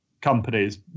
companies